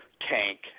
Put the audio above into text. tank